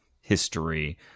history